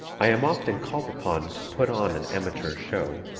i am often called upon to put on an amateur show,